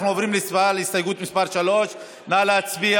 אנחנו עוברים להצבעה על הסתייגות מס' 3. נא להצביע.